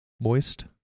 moist